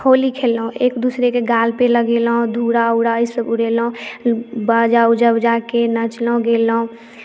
होली खेलेलहुँ एक दूसरेके गालपर लगेलहुँ धूरा ऊरा ईसभ उड़ेलहुँ बाजा ओजा बजाके नाचलहुँ गओलहुँ